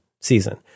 season